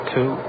Two